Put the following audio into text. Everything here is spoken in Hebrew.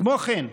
כמו כן,